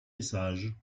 message